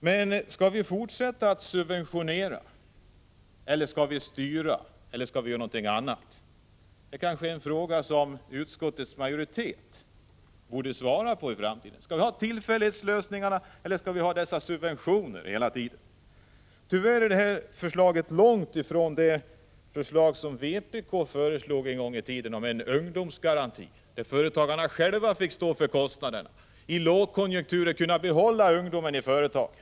Men skall vi fortsätta att subventionera, skall vi styra näringslivet, eller skall vi göra något annat? Det är en fråga som utskottets majoritet kanske borde svara på inför framtiden. Skall vi ha tillfällighetslösningar, eller skall vi hela tiden ha dessa subventioner? Tyvärr är det aktuella förslaget långt ifrån det förslag som vpk framförde en gång i tiden om ungdomsgaranti, där företagarna själva står för kostnaderna. I lågkonjunktur kan man behålla ungdomarna i företagen.